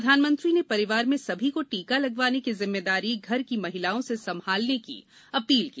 प्रधानमंत्री ने परिवार में सभी को टीका लगवाने की जिम्मेदारी घर की महिलाओं से सम्मालने की अपील की